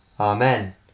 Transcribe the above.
Amen